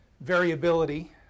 variability